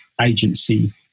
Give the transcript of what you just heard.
agency